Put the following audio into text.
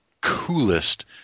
coolest